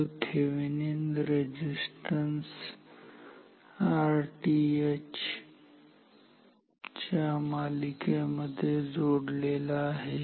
जो Thevenin resistance Thevenin's resistance Rth च्या मालिकेमध्ये जोडलेला आहे